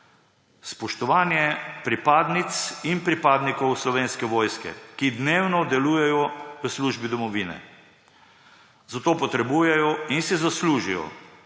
spoštovanje pripadnic in pripadnikov Slovenske vojske, ki dnevno delujejo v službi domovine. Zato potrebujejo in si zaslužijo